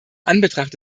anbetracht